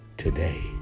today